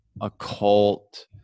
occult